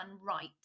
right